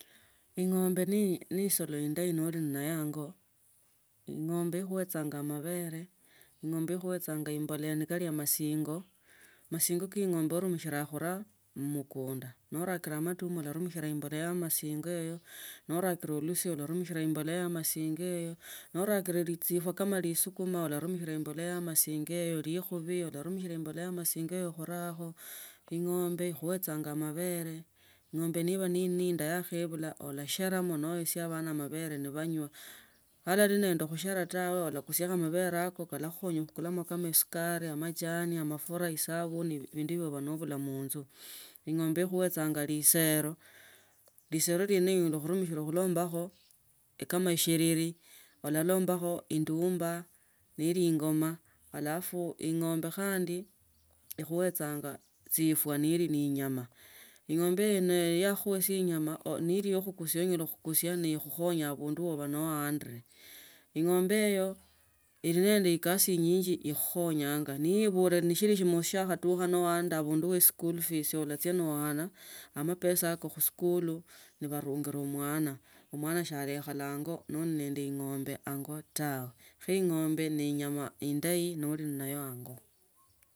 Engombe ne isolo indanyi noli nayo hango, ong’o ikhwetsanga mavere, ing’ombe ikhwetsanga imbolea ni kali amasingo, masingo ke eng’ombe orumishira khura mukunda, norakwe matuma olarumishira embolea ya masingo eyo, norakre tsifwa kama lisukuma olarimushe embolea ya masingo eyo, likhuvi olarumishra ya masinga eyo khurakho. Engombe ikhwetsanga amevere. Eng’ombe ikhwetsanga amevere. Eng’ombe ni nili ni inda yakhevula, olasheramo niwesia vana mavere nivanyewa. Halali nende khushona tawe olakusya mavere ako, kalakhukhonya okulemo kama esukari, machani amafura, isavuni vindu viva novula munzu. Eng’ombe ikhwetsanga lisero, lisere lienelo onyela khurumishua khulombakho kama eshiriri, valalambakho indumba neli ingoma. Alaf ing’ombe khandi ikhwesia nyama, nili yeno yakhukhusia onyela khukhusa nikhukhonya avundu wova no andre. Ing’ombe eyo ili nende ekasi inyinji yikhukhanyonga. Ni yivula ni shili shimasi shalkhatuka ni wanda avandu we school fees datsia na hana amepesa ako khuskulu nivarungra omwana. Omwana shalekhala hango noli nende ing’ombe hango tawe, kho shalekhala hango noli nende ingombe hango tawe. Kho ing’ombe ne inyama indanyi noli nayo hango.